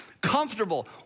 comfortable